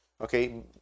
Okay